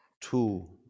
Two